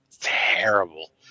terrible